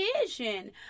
vision